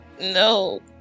No